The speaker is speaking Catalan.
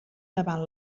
davant